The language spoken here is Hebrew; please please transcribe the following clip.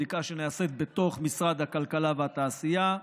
בדיקה שנעשית בתוך משרד הכלכלה והתעשייה.